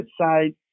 side